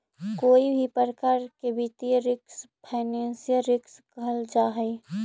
कोई भी प्रकार के वित्तीय रिस्क फाइनेंशियल रिस्क कहल जा हई